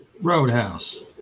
Roadhouse